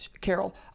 Carol